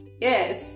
Yes